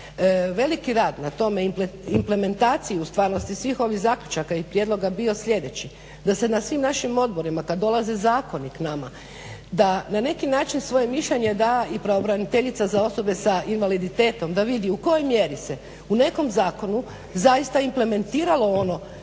veliki rad na tome implementaciju u stvarnosti svih ovih zaključaka i prijedloga bio sljedeći da se na svim našim odborima kad dolaze zakoni k nama da na neki način svoje mišljenje da i pravobraniteljica za osobe s invaliditetom da vidi u kojoj mjeri se u nekom zakonu zaista implementiralo ono